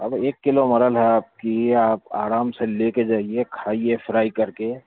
اب ایک کلو مرل ہے آپ کی آپ آرام سے لے کے جائیے کھائیے فرائی کر کے